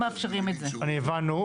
הבנו.